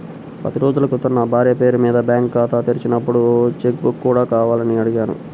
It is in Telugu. పది రోజుల క్రితం నా భార్య పేరు మీద బ్యాంకు ఖాతా తెరిచినప్పుడు చెక్ బుక్ కూడా కావాలని అడిగాను